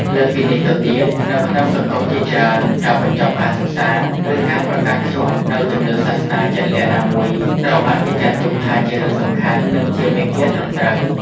លើសពីនេះទៅទៀត នៅក្នុងសង្គមជាច្រើន ការបញ្ចប់ការសិក្សា ឬការប្រកាន់ខ្ជាប់នូវជំនឿសាសនាជាក់លាក់ណាមួយ ត្រូវបានគេចាត់ទុកថាជារឿងសំខាន់ និងជាមាគ៌ាត្រឹមត្រូវ។